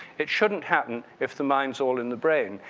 it shouldn't happen if the mind is all in the brain.